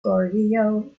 goryeo